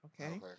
Okay